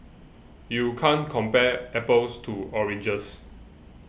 you can't compare apples to oranges